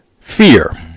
fear